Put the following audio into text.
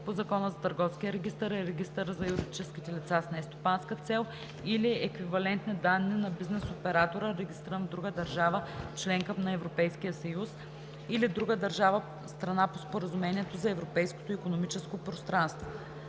по Закона за търговския регистър и регистъра на юридическите лица с нестопанска цел или еквивалентни данни на бизнес оператора, регистриран в друга държава – членка на Европейския съюз, или друга държава – страна по Споразумението за Европейското икономическо пространство;